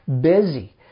busy